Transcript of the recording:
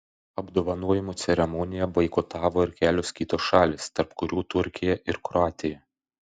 apdovanojimų ceremoniją boikotavo ir kelios kitos šalys tarp kurių turkija ir kroatija